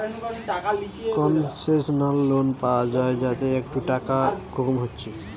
concessional loan পায়া যায় যাতে একটু টাকা কম হচ্ছে